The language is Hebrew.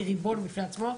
היא ריבון בפני עצמו,